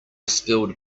spilled